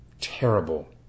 terrible